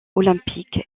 olympique